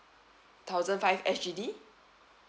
thousand five S_G_D